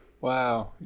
wow